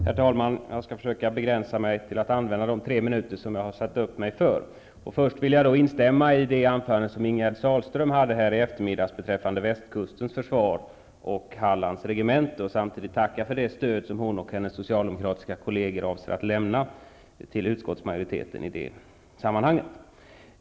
Herr talman! Jag skall försöka begränsa mig till att använda de tre minuter som jag har anmält mig för. Jag vill först instämma i Ingegerd Sahlströms anförande i eftermiddags beträffande västkustens försvar och Hallands regemente och samtidigt tacka för det stöd som hon och hennes socialdemokratiska kolleger avser att lämna till utskottsmajoriteten i detta sammanhang.